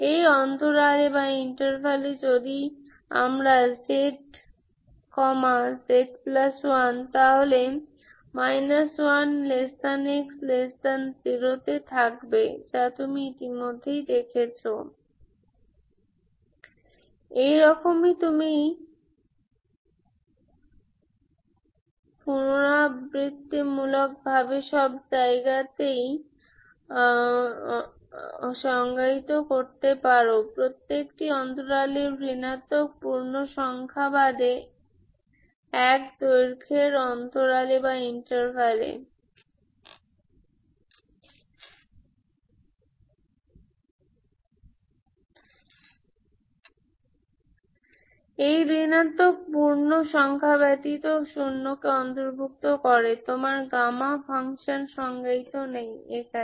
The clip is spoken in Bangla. এই অন্তরালে যদি আমরা z z1 তাহলে 1x0 এতে থাকবে যা তুমি ইতিমধ্যেই দেখেছ এরকমই তুমি পুনরাবৃত্তি ভাবে সব জায়গাতেই সংজ্ঞায়িত করতে পারো প্রত্যেকটি অন্তরালে ঋণাত্মক পূর্ণসংখ্যা বাদে 1 দৈর্ঘ্যের অন্তরালে এই ঋণাত্মক পূর্ণসংখ্যা ব্যতীত শূন্যকে অন্তর্ভুক্ত করে তোমার গামা ফাংশান সংজ্ঞায়িত নেই এখানে